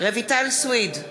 רויטל סויד,